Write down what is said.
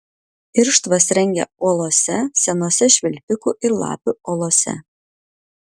irštvas rengia uolose senose švilpikų ir lapių olose